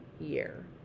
year